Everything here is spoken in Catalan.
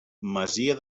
masia